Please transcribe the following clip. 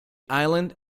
island